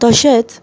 तशेंच